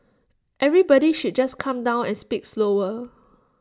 everybody should just calm down and speak slower